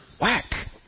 Whack